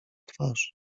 twarz